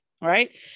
right